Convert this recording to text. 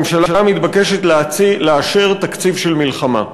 הממשלה מתבקשת לאשר תקציב של מלחמה,